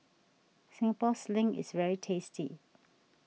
Singapore Sling is very tasty